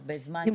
אגב,